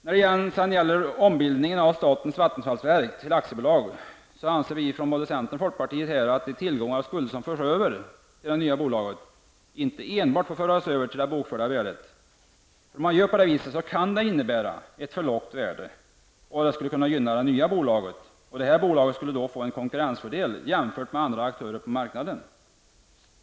När det gäller ombildningen av statens Vattenfallsverk till aktiebolag anser vi från centerns och folkpartiets sida att de tillgångar och skulder som förs över till det nya bolaget inte enbart får föras över till det bokförda värdet. För om man gör på det viset, kan det komma att innebära ett för lågt värde, vilket skulle gynna det nya bolaget. Detta bolag skulle då få en konkurrensfördel jämfört med andra aktörer på marknaden.